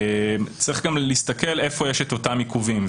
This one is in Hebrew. צריך להסתכל איפה יש את אותם עיכובים.